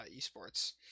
eSports